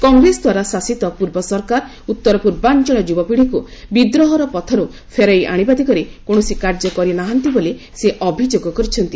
କଂଗ୍ରେସଦ୍ୱାରା ଶାସିତ ପୂର୍ବ ସରକାର ଉତ୍ତର ପୂର୍ବାଞ୍ଚଳ ଯୁବପିଢ଼ିକୁ ବିଦ୍ରୋହର ପଥରୁ ଫେରାଇ ଆଣିବା ଦିଗରେ କୌଣସି କାର୍ଯ୍ୟ କରି ନାହାନ୍ତି ବୋଲି ସେ ଅଭିଯୋଗ କରିଛନ୍ତି